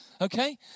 Okay